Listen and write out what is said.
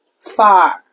far